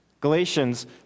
Galatians